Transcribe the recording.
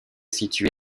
situé